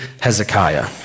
Hezekiah